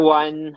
one